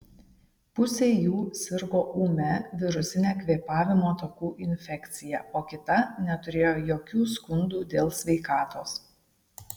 pusė jų sirgo ūmia virusine kvėpavimo takų infekcija o kita neturėjo jokių skundų dėl sveikatos